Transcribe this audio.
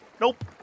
Nope